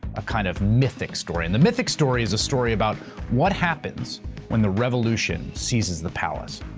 a kind of mythic story. and the mythic story is a story about what happens when the revolution seizes the palace.